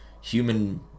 human